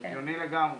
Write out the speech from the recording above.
זה הגיוני לגמרי,